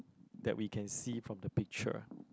that we can see from the picture